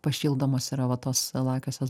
pašildomos yra va tos lakiosios